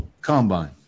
combine